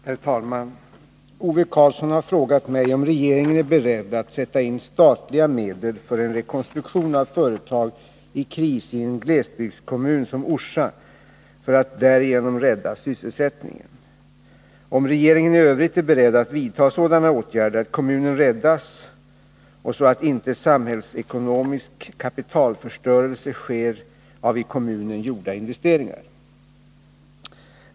Herr talman! Ove Karlsson har frågat mig om regeringen är beredd att sätta in statliga medel för en rekonstruktion av företag i kris i en glesbygdskommun som Orsa för att därigenom rädda sysselsättningen, och om regeringen i övrigt är beredd att vidta sådana åtgärder att kommunen räddas och så att inte samhällsekonomisk kapitalförstörelse sker av i kommunen gjorda investeringar.